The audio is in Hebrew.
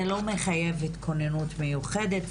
זה לא מחייב התכוננות מיוחדת?